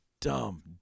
dumb